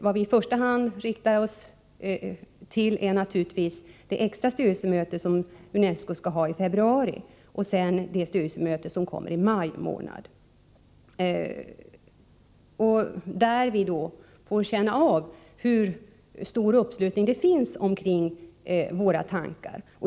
Vad vi i första hand riktar oss till är naturligtvis det extra styrelsemöte som UNESCO skall ha i februari, och sedan det styrelsemöte som kommer i maj. Där får vi då så att säga känna efter hur stor uppslutning det finns kring våra tankar.